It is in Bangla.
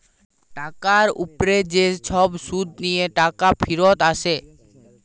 টাকার উপ্রে যে ছব সুদ দিঁয়ে টাকা ফিরত আসে